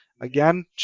Again